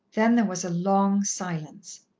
then there was a long silence.